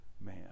man